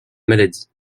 maladie